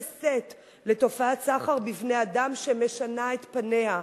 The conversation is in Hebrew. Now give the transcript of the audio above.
שאת לתופעת סחר בבני-אדם שמשנה את פניה.